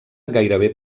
gairebé